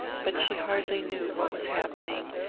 but she hardly knew what was happening,